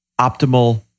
optimal